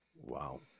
Wow